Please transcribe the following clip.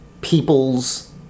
people's